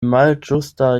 malĝusta